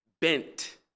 bent